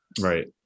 right